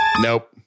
Nope